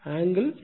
94 angle 93